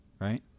Right